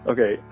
Okay